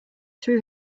threw